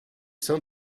sein